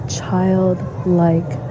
childlike